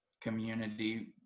community